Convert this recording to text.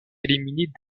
éliminés